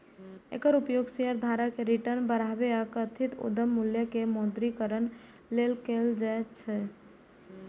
एकर उपयोग शेयरधारक के रिटर्न बढ़ाबै आ कथित उद्यम मूल्य के मौद्रीकरण लेल कैल जाइ छै